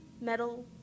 metal